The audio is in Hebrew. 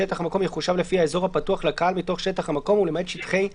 שטח מקום יחושב לפי האזור הפתוח לקהל מתוך שטח המקום ולמעט שטחי חניון,